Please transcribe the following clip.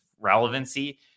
relevancy